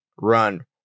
run